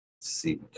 See